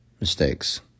mistakes